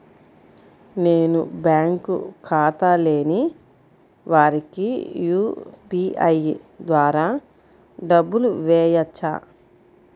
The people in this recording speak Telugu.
నేను బ్యాంక్ ఖాతా లేని వారికి యూ.పీ.ఐ ద్వారా డబ్బులు వేయచ్చా?